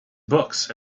books